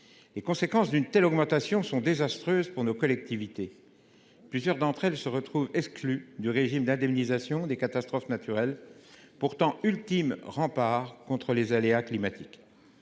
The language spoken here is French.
Les conséquences d’une telle augmentation sont désastreuses pour nos collectivités. Plusieurs d’entre elles se retrouvent exclues du régime d’indemnisation des catastrophes naturelles (CatNat), qui constitue pourtant l’ultime rempart contre les aléas climatiques.